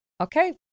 Okay